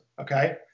okay